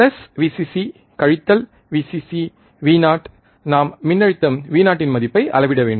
plus Vcc கழித்தல் Vcc Vo நாம் மின்னழுத்தம் Vo இன் மதிப்பை அளவிட